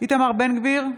איתמר בן גביר,